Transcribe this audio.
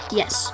yes